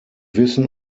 wissen